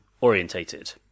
Orientated